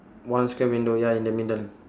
one square window ya in the middle